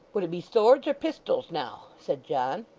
would it be swords or pistols, now said john.